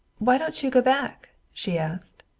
why don't you go back? she asked.